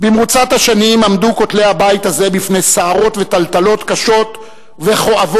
במרוצת השנים עמדו כותלי הבית הזה בפני סערות וטלטלות קשות וכואבות,